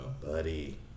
Buddy